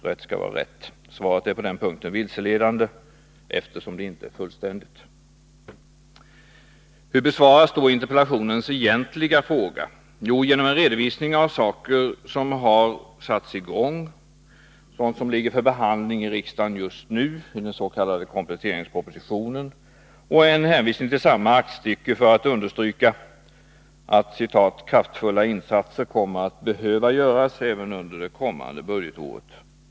Rätt skall vara rätt; svaret är på den här punkten vilseledande, eftersom det inte är fullständigt. Hur besvaras då interpellationens egentliga frågor? Jo, genom en redovisning av sådant som satts i gång, sådant som ligger för behandling i kammaren just nu genom den s.k. kompletteringspropositionen och genom hänvisning till samma aktstycke för att understryka att, som det sägs i svaret, kraftfulla insatser kommer att behöva göras även under det kommande budgetåret.